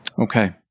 Okay